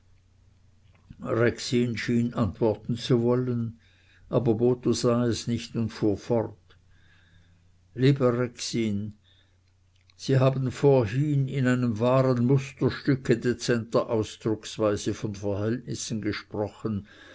schien antworten zu wollen aber botho sah es nicht und fuhr fort lieber rexin sie haben vorhin in einem wahren musterstücke dezenter ausdrucksweise von verhältnissen gesprochen